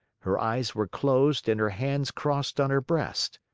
her eyes were closed and her hands crossed on her breast.